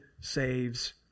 saves